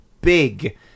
big